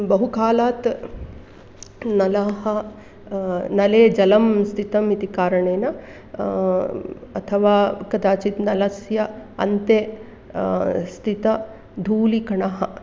बहुकालात् नलः नले जलं स्थितम् इति कारणेन अथवा कदाचित् नलस्य अन्ते स्थितः धूलिकणः